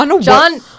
John